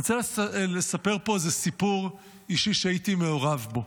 ואני רוצה לספר פה איזה סיפור אישי שהייתי מעורב בו.